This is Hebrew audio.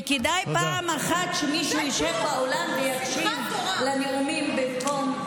רציתי לשאול: 1,400 נרצחים בשמחת תורה, זה כלום?